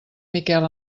miquel